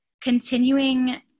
continuing